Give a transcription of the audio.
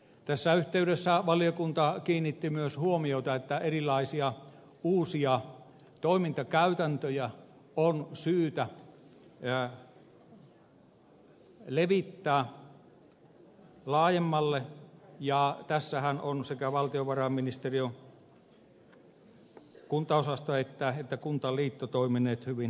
tässä yhteydessä valiokunta kiinnitti myös huomiota että erilaisia uusia toimintakäytäntöjä on syytä levittää laajemmalle ja tässähän on sekä valtiovarainministeriön kuntaosasto että kuntaliitto toimineet hyvin aktiivisesti